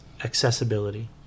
accessibility